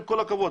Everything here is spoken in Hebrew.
עם כל הכבוד,